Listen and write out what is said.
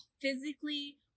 physically